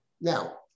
Now